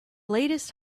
latest